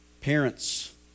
Parents